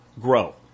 grow